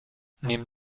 neben